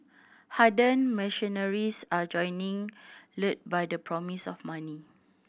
hardened mercenaries are joining lured by the promise of money